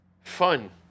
fun